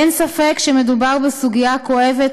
אין ספק שמדובר בסוגיה כואבת,